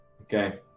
Okay